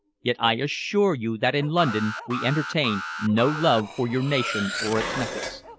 yet i assure you that in london we entertain no love for your nation or its methods.